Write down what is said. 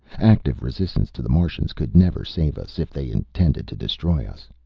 active resistance to the martians could never save us, if they intended to destroy us.